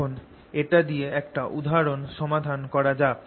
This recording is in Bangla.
এখন এটা দিয়ে একটা উদাহরণ সমাধান করা যাক